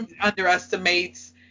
underestimates